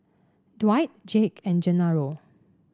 Dwight Jake and Genaro